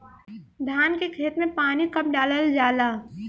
धान के खेत मे पानी कब डालल जा ला?